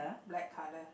black colour